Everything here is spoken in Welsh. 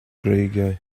creigiau